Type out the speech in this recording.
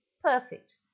perfect